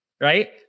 right